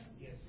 Yes